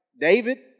David